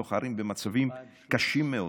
בתוך הערים, במצבים קשים מאוד.